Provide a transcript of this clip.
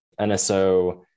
NSO